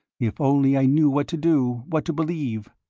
if only i knew what to do, what to believe.